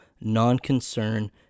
non-concern